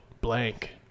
blank